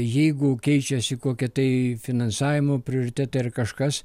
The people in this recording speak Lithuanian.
jeigu keičiasi kokie tai finansavimo prioritetai ar kažkas